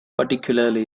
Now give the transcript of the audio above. particularly